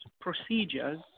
procedures